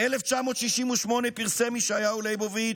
ב-1968 פרסם ישעיהו ליבוביץ'